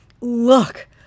look